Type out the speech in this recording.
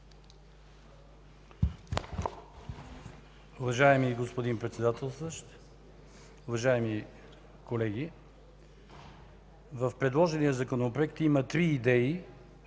Уважаеми господин Председателстващ, уважаеми колеги! В предложения Законопроект има три идеи